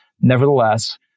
nevertheless